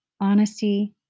honesty